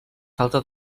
falta